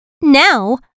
Now